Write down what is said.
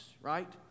right